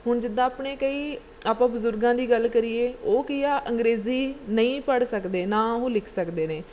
ਹੁਣ ਜਿੱਦਾਂ ਆਪਣੇ ਕਈ ਆਪਾਂ ਬਜ਼ੁਰਗਾਂ ਦੀ ਗੱਲ ਕਰੀਏ ਉਹ ਕੀ ਆ ਅੰਗਰੇਜ਼ੀ ਨਹੀਂ ਪੜ੍ਹ ਸਕਦੇ ਨਾ ਉਹ ਲਿਖ ਸਕਦੇ ਨੇ